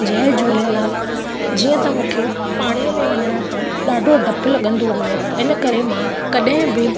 जय झूलेलाल जीअं त मूंखे पाणीअ में वञण खां ॾाढो डपु लॻंदो हुओ इन करे मां कॾहिं बि